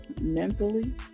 mentally